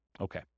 Okay